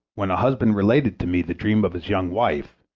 when a husband related to me the dream of his young wife,